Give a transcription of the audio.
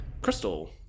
Crystal